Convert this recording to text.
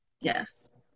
Yes